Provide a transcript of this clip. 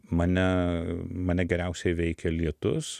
mane mane geriausiai veikia lietus